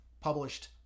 published